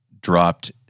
dropped